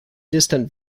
distant